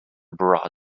broad